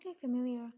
familiar